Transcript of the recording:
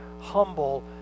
humble